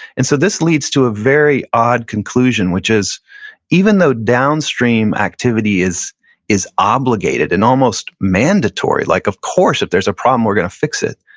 and so this leads to a very odd conclusion, which is even though downstream activity is is obligated and almost mandatory like, of course, if there's a problem we're gonna fix it.